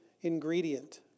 ingredient